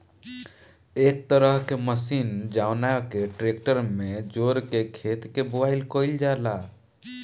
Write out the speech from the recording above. एक तरह के मशीन जवना के ट्रेक्टर में जोड़ के खेत के बोआई कईल जाला